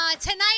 Tonight